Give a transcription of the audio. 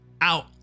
out